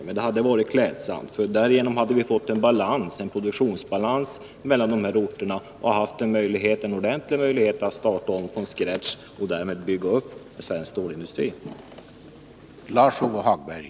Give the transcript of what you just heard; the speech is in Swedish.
Men det hade varit klädsamt, och därigenom hade vi fått en produktionsbalans mellan orterna. Det hade funnits en ordentlig möjlighet att starta från scratch och därmed förutsättningar för att bygga upp svensk stålindustri.